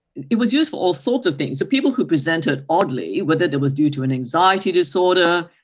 it it was used for all sorts of things. so people who presented oddly, whether it it was due to an anxiety disorder,